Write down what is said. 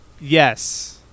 Yes